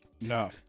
No